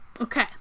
Okay